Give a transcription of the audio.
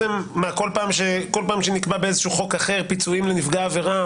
כל פעם שנקבע באיזשהו חוק אחר פיצויים לנפגעי עבירה,